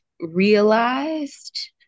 realized